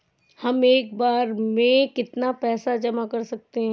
हम एक बार में कितनी पैसे जमा कर सकते हैं?